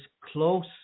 close